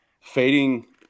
fading